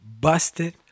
busted